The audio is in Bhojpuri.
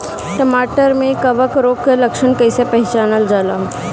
टमाटर मे कवक रोग के लक्षण कइसे पहचानल जाला?